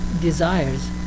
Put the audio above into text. desires